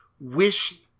wish